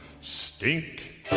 stink